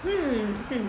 hmm mm